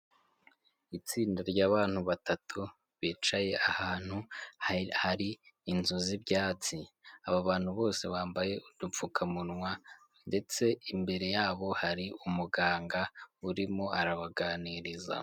Itsinda ry'abantu batatu bicaye ahantu hari inzu z'ibyatsi, aba bantu bose bambaye udupfukamunwa ndetse imbere yabo hari umuganga urimo arabaganiriza.